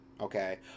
Okay